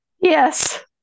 Yes